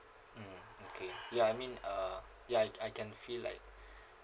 mm okay ya I mean uh ya I I can feel like